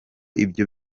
ibyo